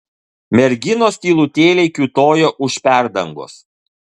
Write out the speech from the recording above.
merginos tylutėliai kiūtojo už perdangos